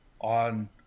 on